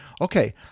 Okay